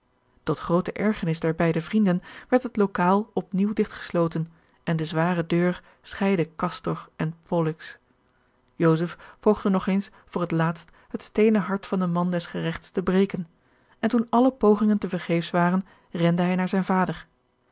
tot groote ergernis der beide vrienden werd het lokaal op nieuw digtgesloten en de zware deur scheidde castor en pollux joseph poogde nog eens voor het laatst het steenen hart van den man des geregts te breken en toen alle pogingen te vergeefs waren rende hij naar zijn vader